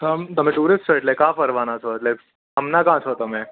હમ તમે ટૂરિષ્ટ છો એટલે ક્યાં ફરવાના છો એટલે હમણાં ક્યાં છો તમે